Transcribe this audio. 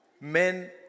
Men